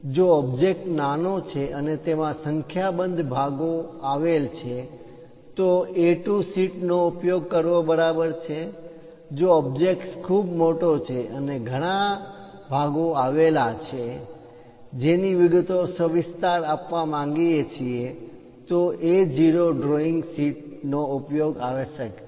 જો ઓબ્જેક્ટ નાનો છે અને તેમાં સંખ્યાબંધ ભાગો આવેલ છે તો A2 શીટ નો ઉપયોગ કરવો બરાબર છે જો ઓબ્જેક્ટ ખૂબ મોટો છે અને ઘણા ભાગો આવેલા છે ઘટકો ધરાવે છે જેની વિગતો સવિસ્તાર આપવા માંગીએ છીએ તો A0 ડ્રોઈંગ શીટ નો ઉપયોગ આવશ્યક છે